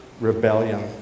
rebellion